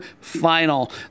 final